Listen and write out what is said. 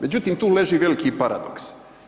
Međutim, tu leži veliki paradoks.